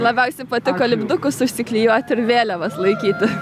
labiausiai patiko lipdukus užsiklijuoti ir vėliavas laikyti